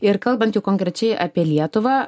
ir kalbant jau konkrečiai apie lietuvą